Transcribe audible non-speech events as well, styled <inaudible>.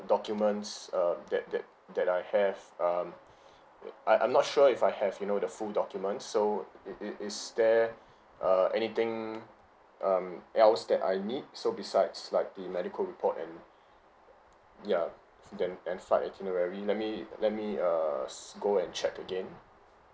documents uh that that that I have um <breath> <noise> I I'm not sure if I have you know the full documents so it it is there uh anything um else that I need so besides like the medical report and ya then and flight itinerary let me let me err S~ go and check again